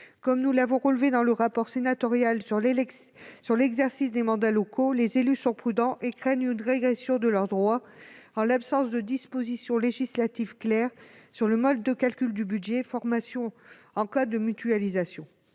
Comme nous l'avons relevé dans le rapport sénatorial sur l'exercice des mandats locaux, les élus sont prudents et craignent une régression de leurs droits en l'absence de dispositions législatives claires sur le mode de calcul du budget « formation » en cas de mutualisation.